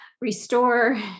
restore